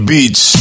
Beats